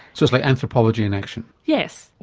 so it's like anthropology in action. yes.